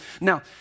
Now